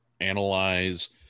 analyze